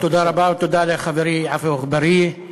תודה רבה, ותודה לחברי עפו אגבאריה.